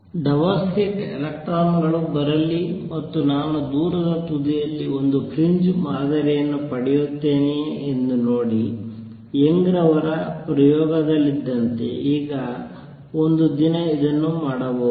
double slit electron ಗಳು ಬರಲಿ ಮತ್ತು ನಾನು ದೂರದ ತುದಿಯಲ್ಲಿ ಒಂದು ಫ್ರಿಂಜ್ ಮಾದರಿಯನ್ನು ಪಡೆಯುತ್ತೇನೆಯೇ ಎಂದು ನೋಡಿ ಯಂಗ್Young'sರವರ ಪ್ರಯೋಗದಲ್ಲಿದ್ದಂತೆ ಈಗ ಒಂದು ದಿನ ಇದನ್ನು ಮಾಡಬಹುದು